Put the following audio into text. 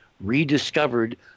rediscovered